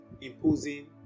imposing